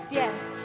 yes